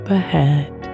ahead